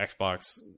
Xbox